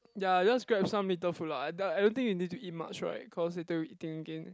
ya just grab some little food lah I d~ I don't think you need to eat much right cause later we eating again